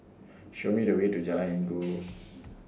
Show Me The Way to Jalan Inggu